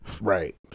Right